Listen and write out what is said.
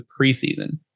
preseason